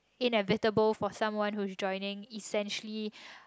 inevitable for someone who is joining essentially